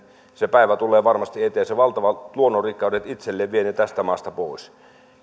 se päivä tulee varmasti eteen se vie ne valtavat luonnonrikkaudet itselleen ja tästä maasta pois